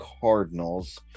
Cardinals